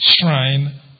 shrine